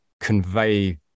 convey